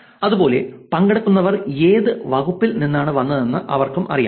അതുപോലെ പങ്കെടുക്കുന്നവർ ഏത് വകുപ്പിൽ നിന്നാണ് വന്നതെന്ന് അവർക്കും അറിയാം